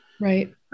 Right